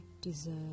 deserve